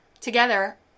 together